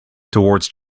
towards